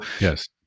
yes